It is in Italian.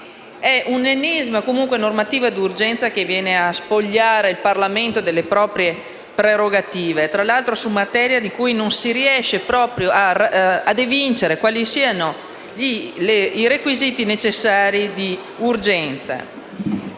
È un'ennesima normativa di urgenza che spoglia il Parlamento delle proprie prerogative, tra l'altro su materie per le quali non si riesce proprio a evincere quali siano i requisiti necessari di urgenza,